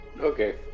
Okay